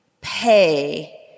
pay